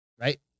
right